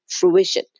fruition